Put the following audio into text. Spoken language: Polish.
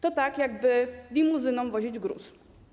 To tak jakby limuzyną wozić gruz.